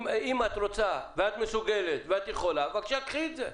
אם את רוצה, מסוגלת ויכולה בבקשה, קחי את זה.